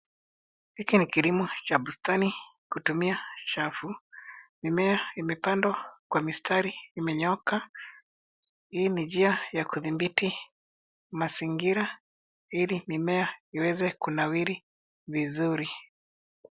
Hiki ni kilimo cha bustani kutumia safu. Mimea imepandwa kwa mistari imenyooka. Hii ni njia ya kudhibiti mazingira ili mimea iweze kunawiri vizuri.